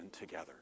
together